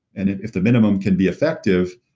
and if the minimum can be effective,